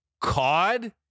COD